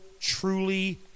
truly